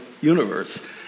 universe